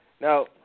now